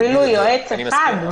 אפילו יועץ אחד.